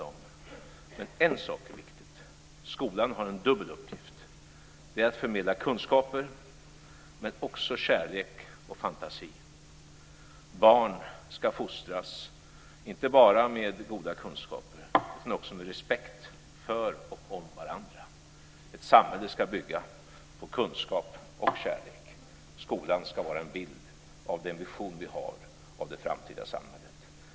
Men en sak är viktig: Skolan har en dubbel uppgift. Det är att förmedla kunskaper men också kärlek och fantasi. Barn ska fostras inte bara med goda kunskaper utan också med respekt för varandra. Ett samhälle ska bygga på kunskap och kärlek. Skolan ska vara en bild av den vision vi har av det framtida samhället.